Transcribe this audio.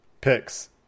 picks